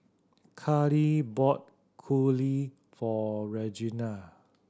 Carli bought for Reginal